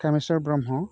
Thaneswar Brahma